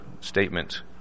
statement